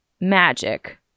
magic